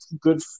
Good